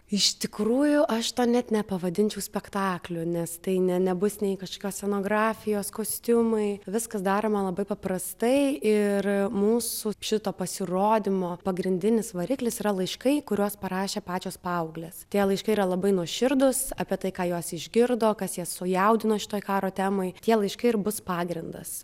iš tikrųjų aš to net nepavadinčiau spektakliu nes tai ne nebus nei kažkokios scenografijos kostiumai viskas daroma labai paprastai ir mūsų šito pasirodymo pagrindinis variklis yra laiškai kuriuos parašė pačios paauglės tie laiškai yra labai nuoširdūs apie tai ką jos išgirdo kas jas sujaudino šitoj karo temoj tie laiškai ir bus pagrindas